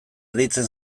deitzen